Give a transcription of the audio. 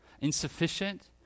insufficient